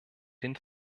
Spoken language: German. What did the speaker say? den